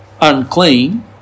unclean